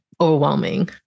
overwhelming